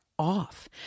Off